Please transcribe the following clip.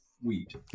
Wheat